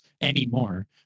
anymore